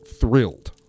thrilled